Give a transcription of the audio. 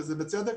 ובצדק,